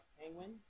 penguin